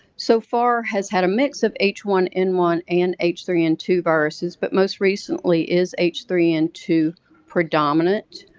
so far has had a mix of h one n one and h three n two viruses, but most recently is h three n two predominant.